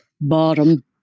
bottom